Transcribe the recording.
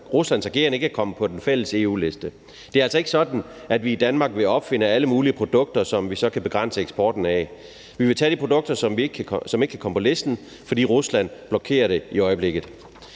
af Ruslands ageren ikke er kommet på den fælles EU-liste. Det er altså ikke sådan, at vi i Danmark vil opfinde alle mulige produkter, som vi så kan begrænse eksporten af. Vi vil tage de produkter, som ikke kan komme på listen, fordi Rusland blokerer det i øjeblikket.